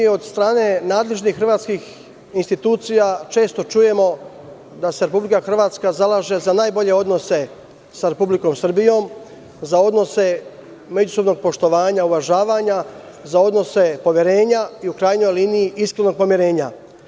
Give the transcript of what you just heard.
Od strane nadležnih hrvatskih institucija često čujemo da se Republika Hrvatska zalaže za najbolje odnose sa Republikom Srbijom, za odnose međusobnog poštovanja, uvažavanja, za odnose poverenja i, u krajnjoj liniji, iskrenog pomirenja.